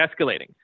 escalating